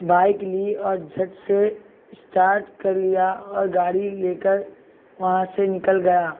bike لی اور جھٹ سے اسٹارٹ کر لیا اور گاڑی لے کر وہاں سے نکل گیا